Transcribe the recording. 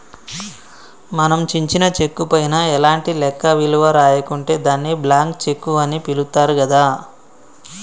మనం చించిన చెక్కు పైన ఎలాంటి లెక్క విలువ రాయకుంటే దాన్ని బ్లాంక్ చెక్కు అని పిలుత్తారు గదా